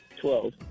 Twelve